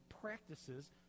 practices